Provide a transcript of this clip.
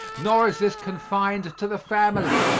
nor is this confined to the family.